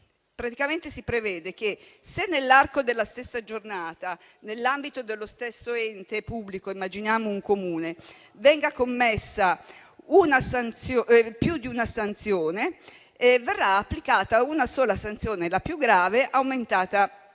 sanzioni. Si prevede che, se nell'arco della stessa giornata, nell'ambito dello stesso ente pubblico - immaginiamo un Comune - venga comminata più di una sanzione, verrà applicata una sola sanzione: la più grave aumentata di